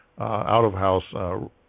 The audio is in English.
out-of-house